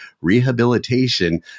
rehabilitation